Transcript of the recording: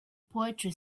poetry